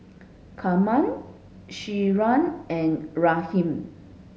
Carma Shira and Raheem